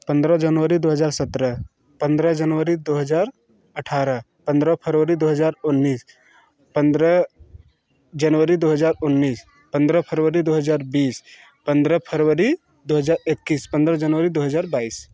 पंद्रह जनवरी दो हज़ार सत्रह पंद्रह जनवरी दो हज़ार अट्ठारह पंद्रह फरवरी दो हज़ार उन्नीस पंद्रह जनवरी दो हज़ार उन्नीस पंद्रह फरवरी दो हज़ार बीस पंद्रह फरवरी दो हज़ार इक्कीस पंद्रह जनवरी दो हज़ार बाईस